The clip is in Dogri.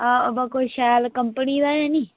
अबा कोई शैल कंपनी दा ऐ निं